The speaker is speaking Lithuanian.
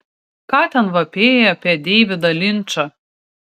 ką ten vapėjai apie deividą linčą